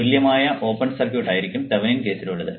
തുല്യമായ open circuit ആയിരിക്കും Thevenin കേസിൽ ഉള്ളത്